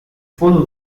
full